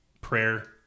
prayer